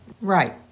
Right